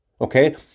okay